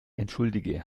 entschuldige